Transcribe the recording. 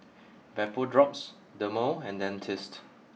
VapoDrops Dermale and Dentiste